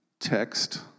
Text